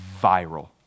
viral